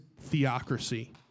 theocracy